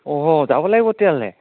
অঁ যাব লাগিব তেতিয়াহ'লে